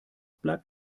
bleibt